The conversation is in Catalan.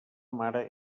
mare